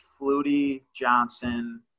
Flutie-Johnson –